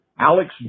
Alex